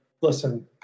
listen